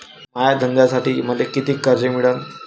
माया धंद्यासाठी मले कितीक कर्ज मिळनं?